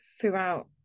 throughout